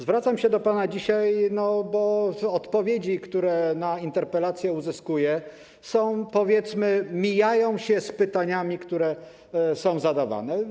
Zwracam się do pana dzisiaj, bo odpowiedzi, które na interpelacje uzyskuję, powiedzmy, mijają się z pytaniami, które są zadawane.